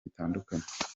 bitandukanye